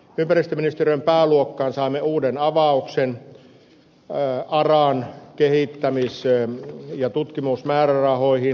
ympäristöministeriön pääluokkaan saimme uuden avauksen aran kehittämis ja tutkimusmäärärahoihin